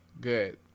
Good